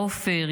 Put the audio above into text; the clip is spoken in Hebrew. עופר,